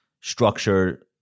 structure